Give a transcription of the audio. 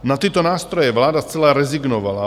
Na tyto nástroje vláda zcela rezignovala.